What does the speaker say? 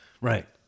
Right